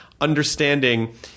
understanding